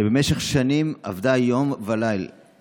שבמשך שנים עבדה על הרפורמה?